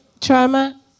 trauma